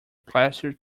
plaster